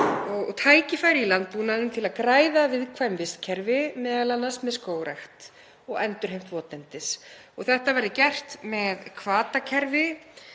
og tækifæri í landbúnaðinum til að græða viðkvæm vistkerfi, m.a. með skógrækt og endurheimt votlendis. Þetta verði gert með hvatakerfi